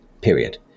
period